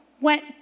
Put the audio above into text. went